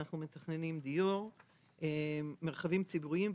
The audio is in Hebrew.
אנחנו מתכננים דיור ומרחבים ציבוריים.